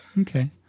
Okay